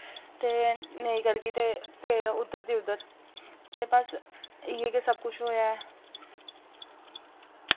ते नेईं करगी ते फिर उद्धर दी उद्धर ते बस इ'यै कि सब कुछ होया ऐ